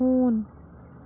ہوٗن